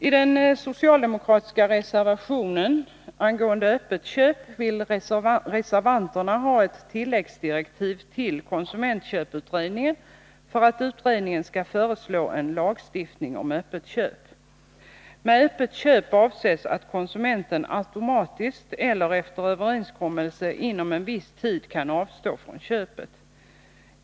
I den socialdemokratiska reservationen angående öppet köp vill reservanterna ha ett tilläggsdirektiv till konsumentköputredningen för att utredningen skall föreslå en lagstiftning om öppet köp. Med öppet köp avses att konsumenten automatiskt eller efter överenskommelse inom en viss tid kan avstå från köpet.